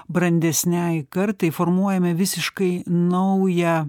brandesnei kartai formuojame visiškai naują